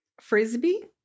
Frisbee